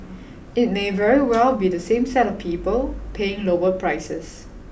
it may very well be the same set of people paying lower prices